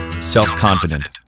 Self-confident